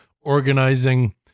organizing